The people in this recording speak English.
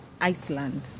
Iceland